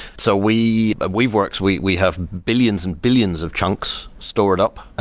so we weaveworks, we we have billions and billions of chunks stored up.